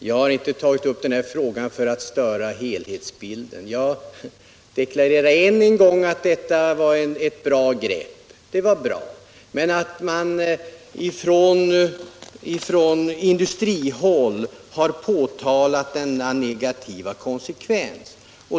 Herr talman! Jag har inte tagit upp den här frågan för att störa helhetsbilden. Jag deklarerar än en gång att utbildningsbidraget var ett bra grepp, men att man från industrihåll har påtalat vissa negativa konsekvenser.